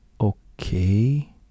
okay